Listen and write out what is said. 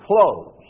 close